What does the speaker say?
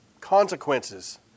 consequences